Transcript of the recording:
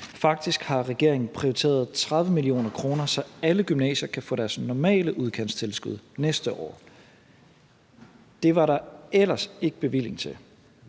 Faktisk har regeringen prioriteret 30 mio. kr., så alle gymnasier kan få deres normale udkantstilskud næste år. Det var der ellers ikke bevilling til,